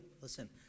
Listen